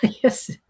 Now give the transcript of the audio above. Yes